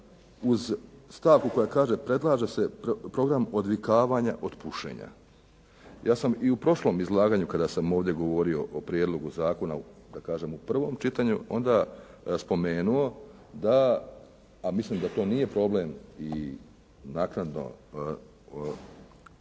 uz stavku koja kaže predlaže se program odvikavanja od pušenja… Ja sam i u prošlom izlaganju kada sam ovdje govorio o prijedlogu zakona u prvom čitanju onda spomenuo da, a mislim da to nije problem i naknadno uvesti,